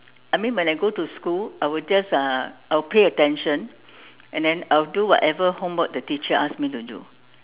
I mean when I go to school I will just uh I will pay attention and then I will do whatever homework the teacher asked me to do